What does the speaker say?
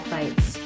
Fights